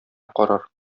карар